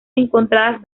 encontradas